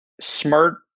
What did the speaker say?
smart